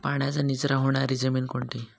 पाण्याचा निचरा होणारी जमीन कोणती?